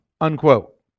unquote